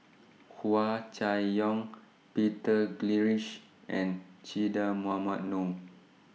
Hua Chai Yong Peter Gilchrist and Che Dah Mohamed Noor